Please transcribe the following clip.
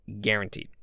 guaranteed